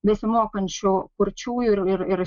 besimokančių kurčiųjų ir ir ir